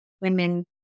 women